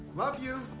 love you.